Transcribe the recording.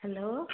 hello